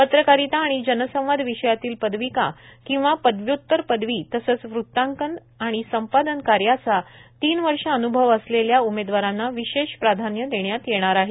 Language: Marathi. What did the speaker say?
पत्रकारिता आणि जनसंवाद विषयातील पदविका किंवा पदव्युत्तर पदवी तसेच वृत्तांकनए संपादन कार्याचा तीन वर्ष अनुभव असलेल्या उमेदवारांना विशेष प्राधान्य देण्यात येणार आहे